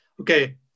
okay